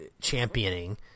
championing